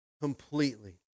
Completely